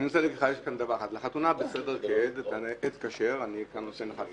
לחתונה בסדר, אני אתקשר...